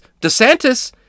DeSantis